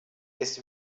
ist